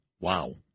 Wow